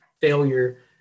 failure